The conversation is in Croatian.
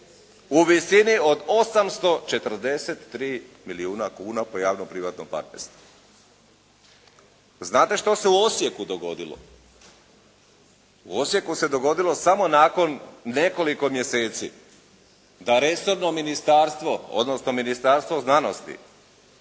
u visini od 843 milijuna kuna po javno privatnom partnerstvu. Znate što se u Osijeku dogodilo? U Osijeku se dogodilo samo nakon nekoliko mjeseci, da resorno ministarstvo odnosno Ministarstvo znanosti